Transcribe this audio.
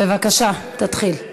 בבקשה, תתחיל.